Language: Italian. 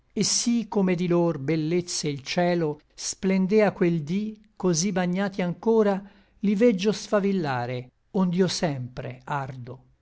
et sí come di lor bellezze il cielo splendea quel dí così bagnati anchora li veggio sfavillare ond'io sempre ardo